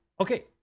Okay